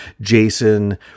Jason